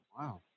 Wow